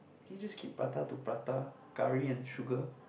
can you just keep prata to prata curry and sugar